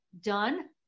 done